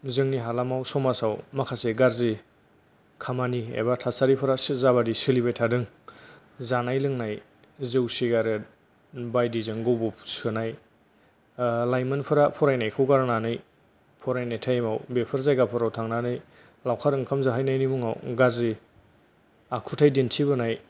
जोंनि हालामाव समाजाव माखासे गाज्रि खामानि एबा थासारिफोरासो जा बायदि सोलिबाय थादों जानाय लोंनाय जौ सिगारेट बायदिजों गब'ब सोनाय ओ लाइमोनफोरा फरायनायखौ गारनानै फरायनाय टाइमाव बेफोर जायगाफोराव थांनानै लावखार ओंखाम जाहैनायनि मुङाव गाज्रि आखुथाय दिन्थिबोनाय